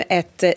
ett